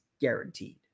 guaranteed